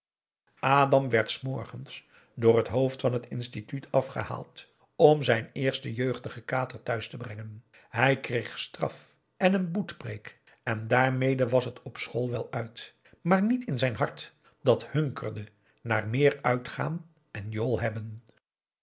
adam werd s morgens door het hoofd van het instituut afgehaald om zijn eersten jeugdigen kater thuis te brengen hij kreeg straf en een boetpreek en daarmee was het op school wel uit maar niet in zijn hart dat hunkerde naar meer uitgaan en jool hebben